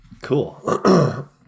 Cool